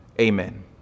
Amen